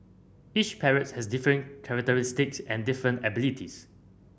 each parrots has different characteristics and different abilities